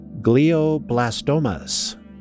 Glioblastomas